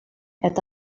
eta